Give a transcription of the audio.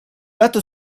lato